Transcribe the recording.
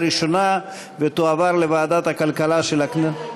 ראשונה ותועבר לוועדת הכלכלה של הכנסת,